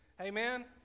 Amen